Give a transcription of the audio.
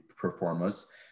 performance